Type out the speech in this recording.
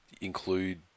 include